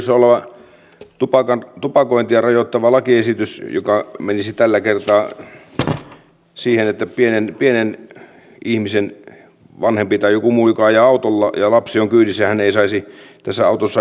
käsittelyssä oleva tupakointia rajoittava lakiesitys menisi tällä kertaa siihen että pienen ihmisen vanhempi tai joku muu joka ajaa autolla kun lapsi on kyydissä ei saisi tupakoida tässä autossa